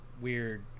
weird